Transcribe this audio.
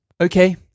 Okay